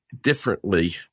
differently